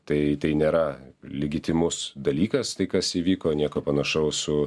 tai tai nėra legitimus dalykas tai kas įvyko nieko panašaus su